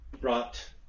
brought